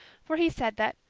for he said that,